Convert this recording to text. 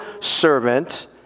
servant